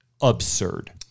absurd